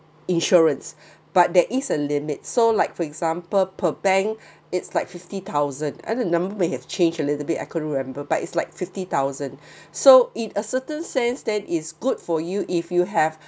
insurance but there is a limit so like for example per bank it's like fifty thousand the number may have changed a little bit I couldn't remember but it's like fifty thousand so in a certain sense that is good for you if you have